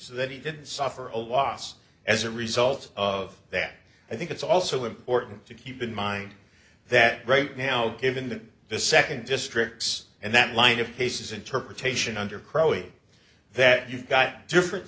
so that he didn't suffer a loss as a result of that i think it's also important to keep in mind that right now given the second districts and that line of cases interpretation under crowley that you've got different